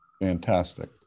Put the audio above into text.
Fantastic